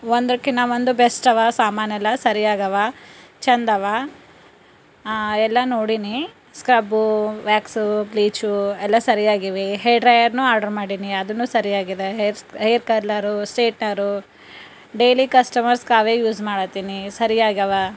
ಒಂದುಕ್ಕಿನ ಒಂದು ಬೆಸ್ಟವ ಸಾಮಾನೆಲ್ಲ ಸರಿಯಾಗವ ಛಂದವ ಎಲ್ಲ ನೋಡಿನಿ ಸ್ಕ್ರಬು ವ್ಯಾಕ್ಸು ಬ್ಲೀಚು ಎಲ್ಲ ಸರಿಯಾಗಿವೆ ಹೇರ್ ಡ್ರೈಯರ್ನು ಆರ್ಡ್ರು ಮಾಡಿನಿ ಅದು ಸರಿಯಾಗಿದೆ ಹೇರ್ ಶೆ ಹೇರ್ ಕಲ್ಲರು ಸ್ಟ್ರೇಟ್ನರು ಡೇಲಿ ಕಸ್ಟಮರ್ಸ್ಗೆ ಅವೇ ಯೂಸ್ ಮಾಡತ್ತಿನಿ ಸರಿಯಾಗವ